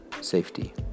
safety